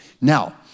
Now